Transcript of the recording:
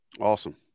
Awesome